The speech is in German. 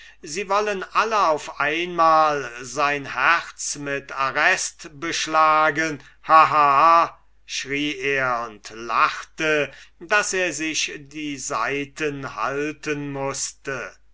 sie wollen alle auf einmal sein herz mit arrest beschlagen ha ha ha schrie er und lachte daß er sich die seiten halten mußte